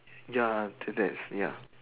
ya the that's ya